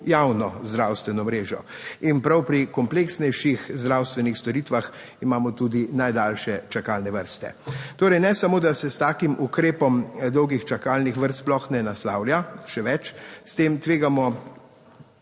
javno zdravstveno mrežo, in prav pri kompleksnejših zdravstvenih storitvah imamo tudi najdaljše čakalne vrste. Torej, ne samo, da se s takim ukrepom dolgih čakalnih vrst sploh ne naslavlja, še več, s tem tvegamo